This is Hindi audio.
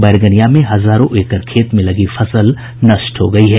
बैरगनिया में हजारों एकड़ खेत में लगी फसल नष्ट हो गयी है